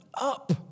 up